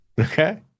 Okay